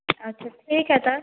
अच्छा ठीक है तब